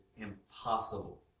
impossible